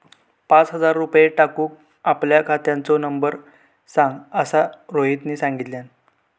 पाच हजार रुपये टाकूक आपल्या खात्याचो नंबर सांग असा रोहितने सांगितल्यान